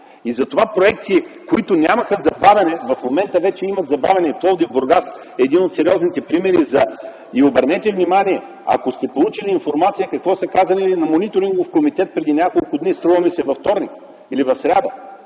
И затова проекти, които нямаха забавяне, в момента вече имат забавяне. Пловдив - Бургас е един от сериозните примери. И обърнете внимание, ако сте получили информация какво са казали на мониторингов комитет преди няколко дни – във вторник или в сряда,